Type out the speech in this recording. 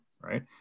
Right